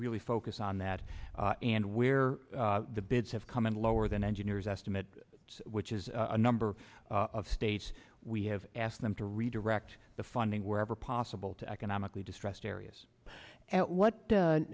really focus on that and where the bids have come in lower than engineers estimate which is a number of states we have asked them to redirect the funding wherever possible to economically distressed areas at what